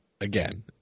Again